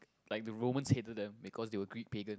like the Romans hated them because they were Greek Pegan